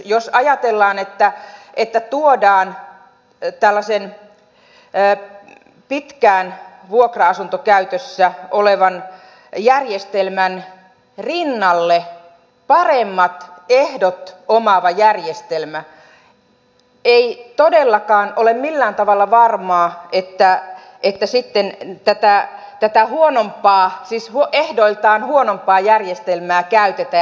jos ajatellaan että tuodaan tällaisen pitkään vuokra asuntokäytössä olevan järjestelmän rinnalle paremmat ehdot omaava järjestelmä ei todellakaan ole millään tavalla varmaa että sitten tätä ehdoiltaan huonompaa järjestelmää käytetään